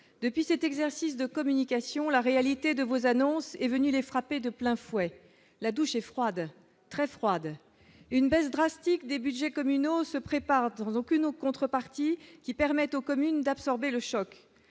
depuis c'est exercice de communication, la réalité de vos annonces est venue les frapper de plein fouet la douche est froide, très froide, une baisse drastique des Budgets communaux se prépare dans aucune aux contreparties qui permet aux communes d'absorber le choc